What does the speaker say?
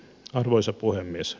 arvoisa puhemies